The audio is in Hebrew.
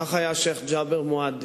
כך היה השיח' ג'בר מועדי,